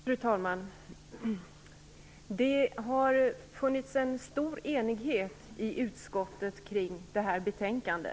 Fru talman! Det har funnits en stor enighet i utskottet kring det här betänkandet.